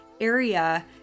area